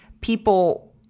people